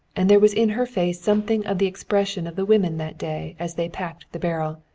and there was in her face something of the expression of the women that day as they packed the barrel.